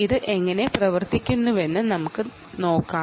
ഇത് എങ്ങനെ പ്രവർത്തിക്കുന്നുവെന്ന് നമുക്ക് നോക്കാം